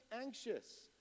anxious